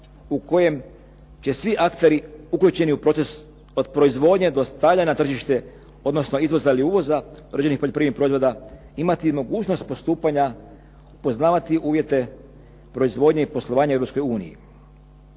u kojem će svi akteri uključeni u proces od proizvodnje do stavljanja na tržište, odnosno izvoza i uvoza određenih poljoprivrednih proizvoda imati mogućnost postupanja, poznavati uvjete proizvodnje i poslovanja u